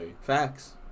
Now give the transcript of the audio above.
Facts